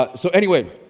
ah so anyway,